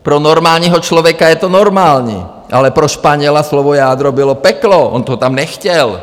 Pro normálního člověka je to normální, ale pro Španěla slovo jádro bylo peklo, on to tam nechtěl.